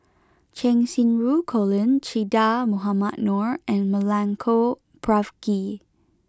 Cheng Xinru Colin Che Dah Mohamed Noor and Milenko Prvacki